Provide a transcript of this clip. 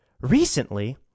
Recently